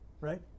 right